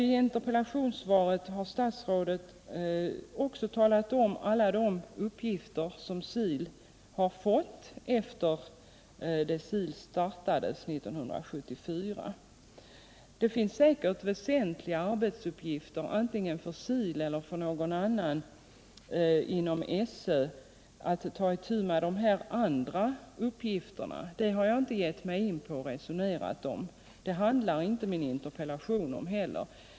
I interpellationssvaret har statsrådet också talat om alla de uppgifter SIL har fått efter sin start 1974. Det är väsentligt att SIL eller någon inom SÖ tar itu med de andra uppgifter som finns, och som jag inte har berört här.